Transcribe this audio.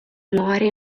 muore